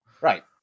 Right